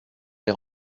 les